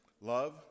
love